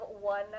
one